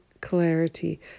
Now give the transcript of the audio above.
clarity